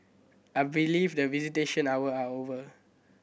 I believe that visitation hour are over